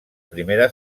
primera